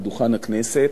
מדוכן הכנסת,